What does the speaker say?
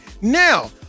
Now